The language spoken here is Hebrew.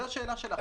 זה שאלה של אכיפה.